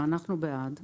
אנחנו בעד.